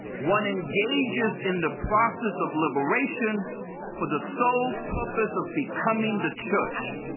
one engages in the process of liberation for the sole purpose of becoming the church.